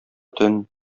төн